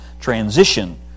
transition